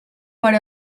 per